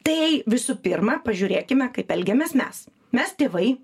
tai visų pirma pažiūrėkime kaip elgiamės mes mes tėvai